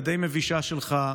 הדי מבישה שלך,